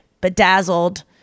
bedazzled